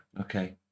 Okay